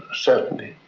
certainly